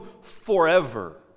forever